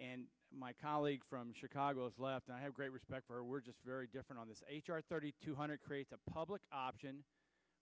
and my colleague from chicago is left i have great respect for we're just very different on this h r thirty two hundred creates a public option